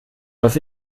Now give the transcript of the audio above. was